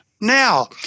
now